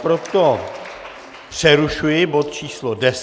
Proto přerušuji bod číslo 10.